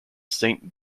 saint